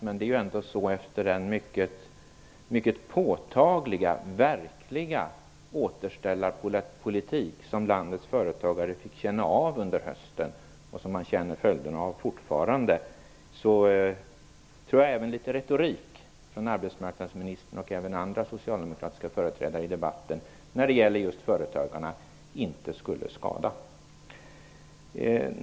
Men efter den mycket påtagliga och verkliga återställarpolitik som landets företagare fick känna av under hösten, vars följder man fortfarande känner av, tror jag att litet retorik från arbetsmarknadsministern och andra socialdemokratiska företrädare i debatten just när det gäller företagarna inte skulle skada.